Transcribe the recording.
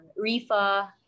RIFA